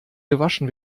gewaschen